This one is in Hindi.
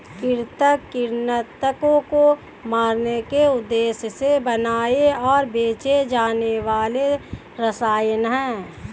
कृंतक कृन्तकों को मारने के उद्देश्य से बनाए और बेचे जाने वाले रसायन हैं